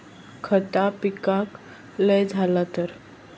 खता पिकाक लय झाला तर?